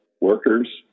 workers